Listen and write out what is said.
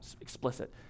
explicit